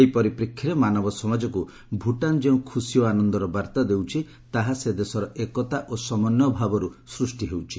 ଏହି ପରିପ୍ରେକ୍ଷୀରେ ମାନବ ସମାଜକୁ ଭୁଟାନ୍ ଯେଉଁ ଖୁସି ଓ ଆନନ୍ଦର ବାର୍ତ୍ତା ଦେଉଛି ତାହା ସେ ଦେଶର ଏକତା ଓ ସମନ୍ୱୟ ଭାବରୁ ସୃଷ୍ଟି ହେଉଛି